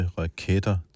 raketter